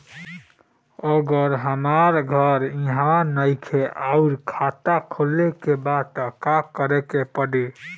अगर हमार घर इहवा नईखे आउर खाता खोले के बा त का करे के पड़ी?